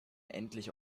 endlich